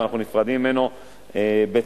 ואנחנו נפרדים ממנו בצער,